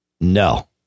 No